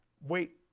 wait